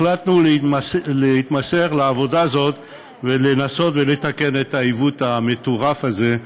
החלטנו להתמסר לעבודה הזאת ולנסות ולתקן את העיוות המטורף הזה,